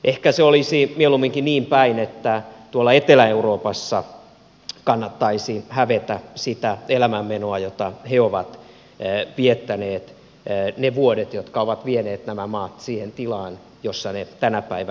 ehkä se olisi mieluumminkin niin päin että tuolla etelä euroopassa kannattaisi hävetä sitä elämänmenoa jota he ovat viettäneet ne vuodet jotka ovat vieneet nämä maat siihen tilaan jossa ne tänä päivänä ovat